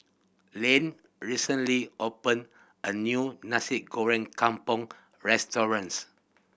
Lane recently opened a new Nasi Goreng Kampung restaurants